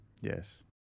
yes